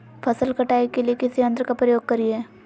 फसल कटाई के लिए किस यंत्र का प्रयोग करिये?